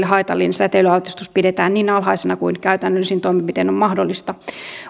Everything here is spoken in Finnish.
haitallinen säteilyaltistus pidetään niin alhaisena kuin käytännöllisin toimenpitein on mahdollista